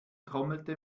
trommelte